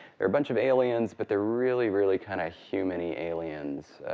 they're a bunch of aliens, but they're really, really kind of human-y aliens.